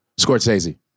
Scorsese